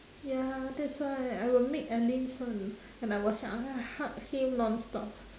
ya that's why I will make alyn's one and I will ah hug him nonstop